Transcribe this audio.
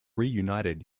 reunited